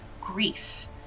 grief